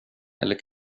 eller